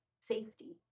safety